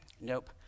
nope